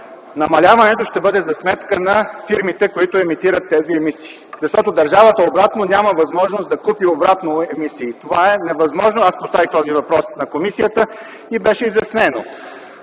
намаляването ще бъде за сметка на фирмите, които емитират тези емисии, защото държавата няма възможност да купи обратно емисии – това е невъзможно. Поставих този въпрос на комисията и беше изяснено: